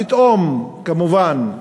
פתאום, כמובן,